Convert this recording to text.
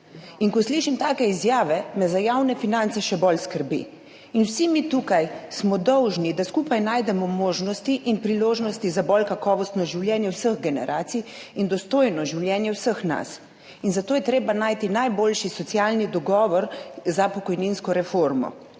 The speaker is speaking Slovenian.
Ko slišim take izjave, me za javne finance še bolj skrbi. In vsi mi tukaj smo dolžni, da skupaj najdemo možnosti in priložnosti za bolj kakovostno življenje vseh generacij in dostojno življenje vseh nas in zato je treba najti najboljši socialni dogovor za pokojninsko reformo.